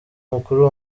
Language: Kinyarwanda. mukuru